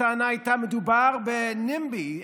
הטענה הייתה שמדובר בנמב"י,